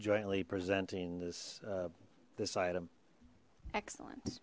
jointly presenting this this item excellent